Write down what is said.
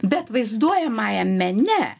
bet vaizduojamajam mene